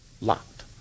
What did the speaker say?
Locked